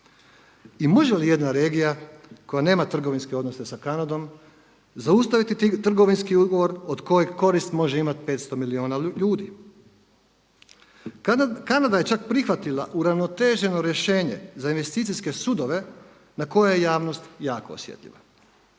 I može li jedna regija koja nema trgovinske odnose sa Kanadom zaustaviti trgovinski ugovor od kojeg korist može imati 500 milijuna ljudi. Kanada je čak prihvatila uravnoteženo rješenje za investicijske sudove na koje je javnost jako osjetljiva.